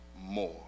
more